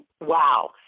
wow